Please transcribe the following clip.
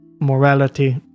morality